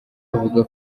avuga